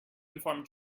inform